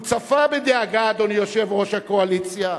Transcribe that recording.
הוא צפה בדאגה, אדוני יושב-ראש הקואליציה,